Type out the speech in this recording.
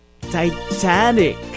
Titanic